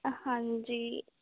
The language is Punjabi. ਹਾਂਜੀ